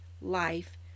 life